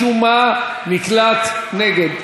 ומשום מה נקלט נגד.